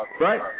Right